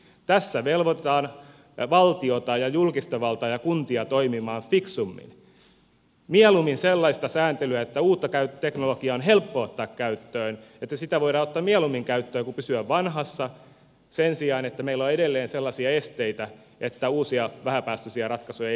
tässä velvoitetaan valtiota ja julkista valtaa ja kuntia toimimaan fiksummin mieluummin sellaista sääntelyä että uutta teknologiaa on helppo ottaa käyttöön että sitä voidaan ottaa mieluummin käyttöön kuin pysyä vanhassa sen sijaan että meillä on edelleen sellaisia esteitä että uusia vähäpäästöisiä ratkaisuja ei elinkeinoelämässä voi ottaa käyttöön